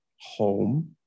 home